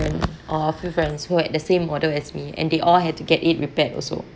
uh few friends who have the same model as me and they all had to get it repaired also